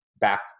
back